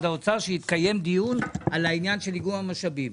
האוצר שיתקיים דיון על העניין של איגום המשאבים.